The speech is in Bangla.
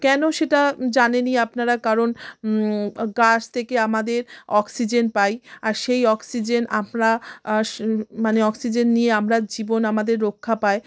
কেন সেটা জানেনই আপনারা কারণ গাছ থেকে আমাদের অক্সিজেন পাই আর সেই অক্সিজেন আমরা মানে অক্সিজেন নিয়ে আমরা জীবন আমাদের রক্ষা পায়